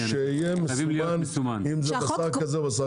שיהיה מסומן אם זה בשר כזה או בשר כזה.